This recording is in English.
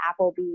Applebee's